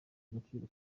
agaciro